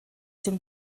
dem